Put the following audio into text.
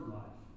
life